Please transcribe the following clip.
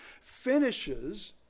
finishes